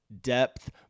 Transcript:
depth